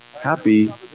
Happy